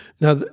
Now